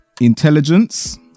Intelligence